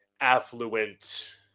affluent